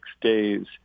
days